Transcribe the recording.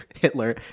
Hitler